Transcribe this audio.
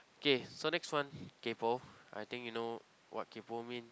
okay so next one kaypoh I think you know what kaypoh mean